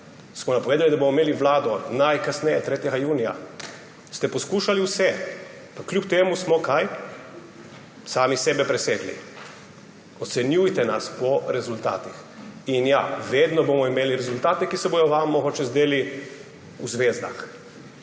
Smo napovedali, da bomo imeli vlado najkasneje 3. junija? Ste poskušali vse? Pa kljub temu smo – kaj? Sami sebe presegli. Ocenjujte nas po rezultatih. In ja, vedno bomo imeli rezultate, ki se bodo vam mogoče zdeli v zvezdah,